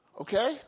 okay